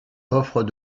offre